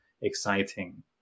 exciting